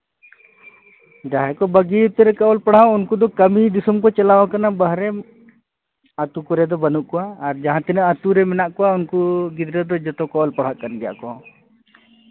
ᱡᱟᱦᱟᱸᱭ ᱠᱚ ᱵᱟᱹᱜᱤ ᱩᱛᱟᱹᱨ ᱟᱠᱟᱫ ᱚᱞ ᱯᱟᱲᱦᱟᱣ ᱩᱱᱠᱩ ᱫᱚ ᱠᱟᱹᱢᱤ ᱫᱤᱥᱚᱢ ᱠᱚ ᱪᱟᱞᱟᱣ ᱟᱠᱟᱱᱟ ᱵᱟᱦᱨᱮ ᱟᱹᱛᱩ ᱠᱚᱨᱮᱫ ᱫᱚ ᱵᱟᱹᱱᱩᱜ ᱠᱚᱣᱟ ᱟᱨ ᱡᱟᱦᱟᱸ ᱛᱤᱱᱟᱹᱜ ᱟᱹᱛᱩ ᱨᱮ ᱢᱮᱱᱟᱜ ᱠᱚᱣᱟ ᱩᱱᱠᱩ ᱜᱤᱫᱽᱨᱟᱹ ᱫᱚ ᱡᱚᱛᱚ ᱠᱚ ᱚᱞ ᱯᱟᱲᱦᱟᱜ ᱠᱟᱱ ᱜᱮᱭᱟ ᱠᱚ